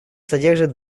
содержит